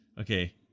Okay